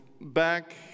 back